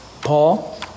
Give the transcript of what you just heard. Paul